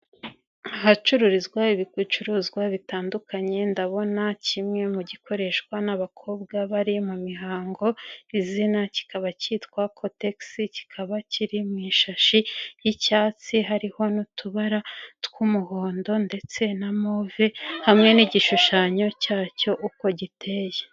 Ahacururizwa ibicuruzwa bitandukanye, ndabona kimwe mu gikoreshwa n'abakobwa bari mu mihango, izina kikaba cyitwa cotex, kikaba kiri mu ishashi y'icyatsi hariho n'utubara tw'umuhondo ndetse na move hamwe n'igishushanyo cyacyo uko giteye.